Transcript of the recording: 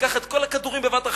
וייקח את כל הכדורים בבת-אחת,